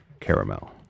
Caramel